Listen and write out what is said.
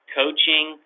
coaching